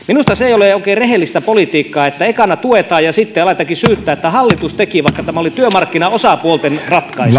minusta se ei ole oikein rehellistä politiikkaa että ekana tuetaan ja sitten aletaankin syyttää että hallitus teki vaikka tämä oli työmarkkinaosapuolten ratkaisu